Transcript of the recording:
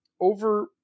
over